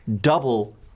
double